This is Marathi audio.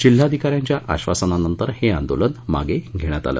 जिल्हाधिका यांच्या आश्वासनानंतर हे आंदोलन मागे घेण्यात आलं